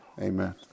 Amen